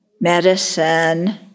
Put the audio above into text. medicine